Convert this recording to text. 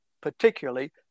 particularly